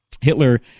Hitler